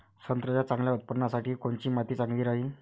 संत्र्याच्या चांगल्या उत्पन्नासाठी कोनची माती चांगली राहिनं?